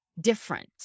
different